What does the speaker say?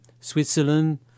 Switzerland